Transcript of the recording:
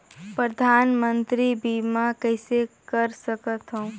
परधानमंतरी बीमा कइसे कर सकथव?